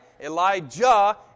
Elijah